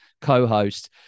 co-host